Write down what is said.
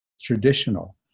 traditional